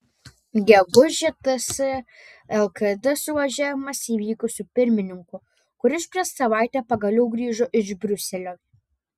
gegužę ts lkd suvažiavimas įvyko su pirmininku kuris prieš savaitę pagaliau grįžo iš briuselio